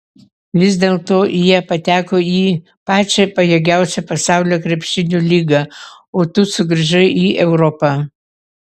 vis dėlto jie pateko į pačią pajėgiausią pasaulio krepšinio lygą o tu sugrįžai į europą